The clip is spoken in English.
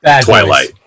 twilight